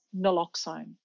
naloxone